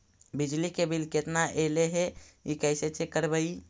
बिजली के बिल केतना ऐले हे इ कैसे चेक करबइ?